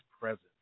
presence